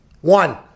One